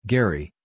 Gary